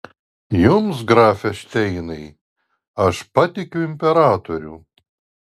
jums grafe šteinai aš patikiu imperatorių